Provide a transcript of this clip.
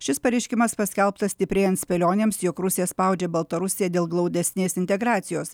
šis pareiškimas paskelbtas stiprėjant spėlionėms jog rusija spaudžia baltarusiją dėl glaudesnės integracijos